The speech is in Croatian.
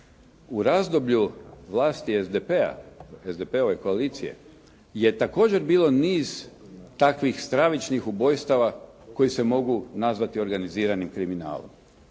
u razdoblju vlasti SDP-a, SDP-ove koalicije je također bilo niz takvih stravičnih ubojstava koji se mogu nazvati organiziranim kriminalom.